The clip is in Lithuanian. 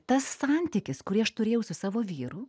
tas santykis kurį aš turėjau su savo vyru